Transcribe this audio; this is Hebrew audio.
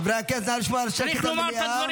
חברי הכנסת, נא לשמור